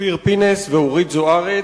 אופיר פינס ואורית זוארץ,